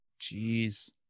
Jeez